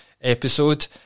episode